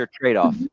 trade-off